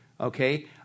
okay